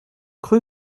cru